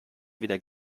weder